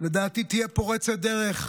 לדעתי תהיה פורצת דרך,